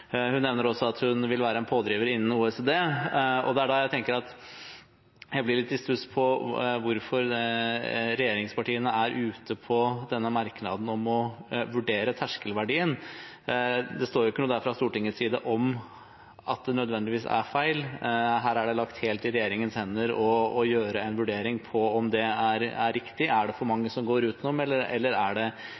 Hun nevner også at hun vil være en pådriver innen OECD. Det er da jeg blir litt i stuss over hvorfor regjeringspartiene ikke er med på merknaden om å vurdere terskelverdien. Det står ikke noe der fra Stortingets side om at det nødvendigvis er feil. Her er det lagt helt i regjeringens hender å foreta en vurdering av om det er riktig, om det er for mange som går utenom, eller